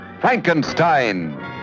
Frankenstein